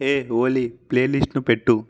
హే ఓలీ ప్లేలిస్ట్ను పెట్టు